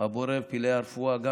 הבורא ופלאי הרפואה גם,